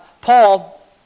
Paul